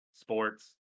sports